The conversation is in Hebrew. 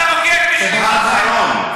אתה מוקיע את מי שנלחם בהם,